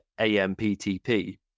AMPTP